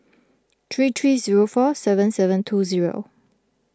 three three zero four seven seven two zero